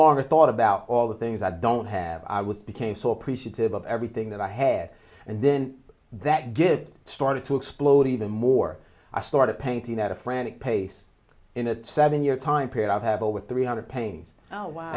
longer thought about all the things i don't have i would became so appreciative of everything that i had and then that good started to explode even more i started painting at a frantic pace in a seven year time period i have over three hundred paintings oh wow